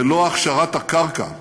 בלא הכשרת הקרקע,